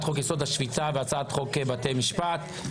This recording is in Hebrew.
חוק יסוד: השפיטה ובהצעת חוק בתי המשפט.